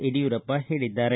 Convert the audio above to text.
ಯಡಿಯೂರಪ್ಪ ಹೇಳಿದ್ದಾರೆ